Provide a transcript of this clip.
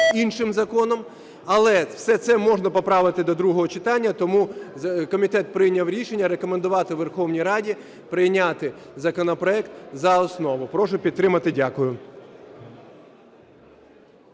іншим законом. Але все це можна поправити до другого читання, тому комітет прийняв рішення рекомендувати Верховній Раді прийняти законопроект за основу. Прошу підтримати. Дякую.